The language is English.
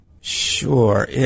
Sure